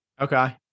Okay